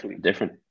different